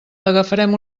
agafarem